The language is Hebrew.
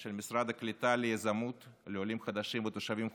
של משרד הקליטה ליזמות לעולים חדשים ותושבים חוזרים.